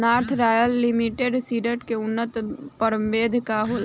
North royal limited seeds के उन्नत प्रभेद का होला?